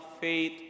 faith